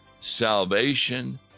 Salvation